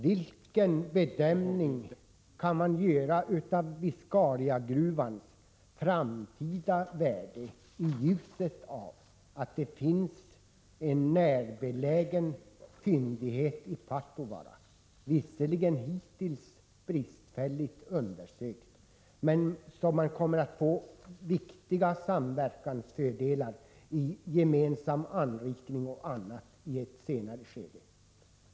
Vilken bedömning kan man göra av Viscariagruvans framtida värde, i ljuset av att det finns en närbelägen fyndighet i Patovaara — visserligen tills vidare bristfälligt undersökt —som kan komma att ge viktiga samverkansfördelar i form av gemensam anrikning och annat i ett senare skede?